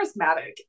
charismatic